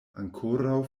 ankoraŭ